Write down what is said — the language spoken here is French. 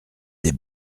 des